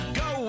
go